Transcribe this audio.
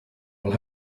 will